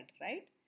right